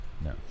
No